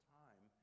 time